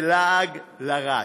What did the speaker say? זה לעג לרש.